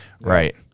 Right